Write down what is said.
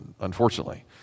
unfortunately